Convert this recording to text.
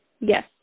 Yes